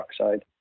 hydroxide